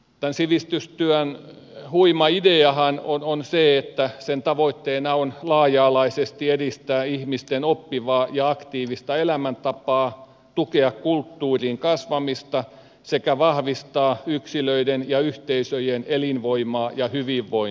tämän sivistystyön huima ideahan on että sen tavoitteena on laaja alaisesti edistää ihmisten oppivaa ja aktiivista elämäntapaa tukea kulttuuriin kasvamista sekä vahvistaa yksilöiden ja yhteisöjen elinvoimaa ja hyvinvointia